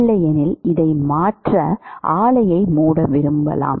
இல்லையெனில் இதை மாற்ற ஆலையை மூட விரும்பவில்லை